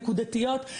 נקודתיות,